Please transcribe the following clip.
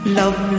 love